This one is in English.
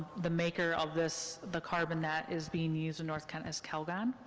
the maker of this, the carbon that is being used in north kent, is kalvan.